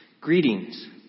greetings